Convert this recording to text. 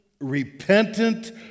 repentant